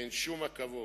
אין שום עכבות.